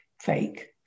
fake